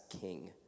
king